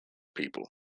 people